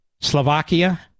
Slovakia